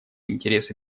интересы